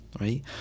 right